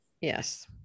Yes